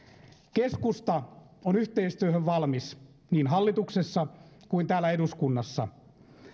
keskusta on yhteistyöhön valmis niin hallituksessa kuin täällä eduskunnassa